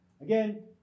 Again